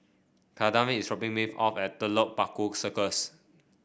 Kadeem is dropping me off at Telok Paku Circus